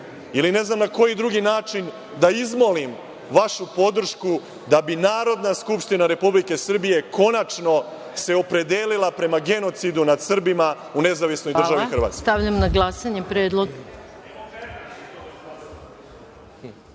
ili ne znam na koji drugi način da izmolim vašu podršku da bi Narodna skupština Republike Srbije konačno se opredelila prema genocidu nad Srbima u Nezavisnoj državi Hrvatskoj. **Maja Gojković** Hvala. Stavljam